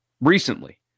recently